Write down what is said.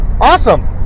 Awesome